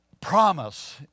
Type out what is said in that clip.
Promise